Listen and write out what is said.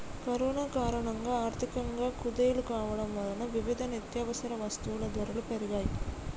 corona కారణంగా ఆర్థికంగా కుదేలు కావడం వలన వివిధ నిత్యవసర వస్తువుల ధరలు పెరిగాయ్